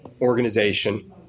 organization